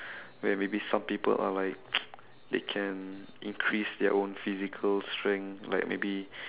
where maybe some people are like they can increase their own physical strength like maybe